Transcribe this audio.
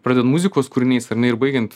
pradedant muzikos kūrinias ar ne ir baigiant